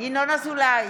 ינון אזולאי,